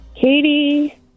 Katie